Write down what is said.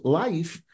life